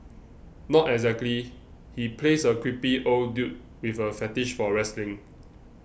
not exactly he plays a creepy old dude with a fetish for wrestling